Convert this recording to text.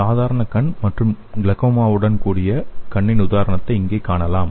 சாதாரண கண் மற்றும் கிளகோமாவுடன் கூடிய கண்ணின் உதாரணத்தை இங்கே காணலாம்